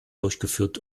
durchgeführt